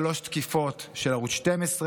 שלוש תקיפות של ערוץ 12,